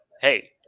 hey